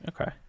Okay